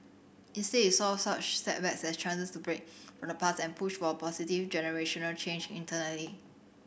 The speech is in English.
instead he saw such setbacks as chances to break from the past and push for positive generational change internally